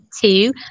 Two